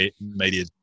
media